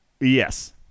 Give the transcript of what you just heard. yes